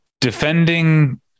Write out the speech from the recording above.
defending